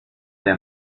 der